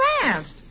fast